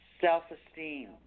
Self-esteem